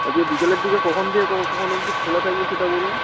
আজকে বিকালের দিকে কখন থেকে কখন অবধি খোলা থাকবে সেটা বলুন